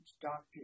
doctor